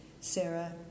Sarah